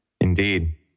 Indeed